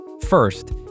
First